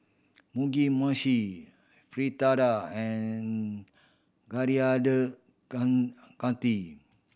Mugi Meshi Fritada and Coriander Chutney